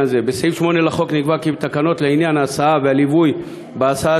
בסעיף 8 לחוק נקבע כי התקנות לעניין ההסעה והליווי בהסעה